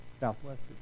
Southwestern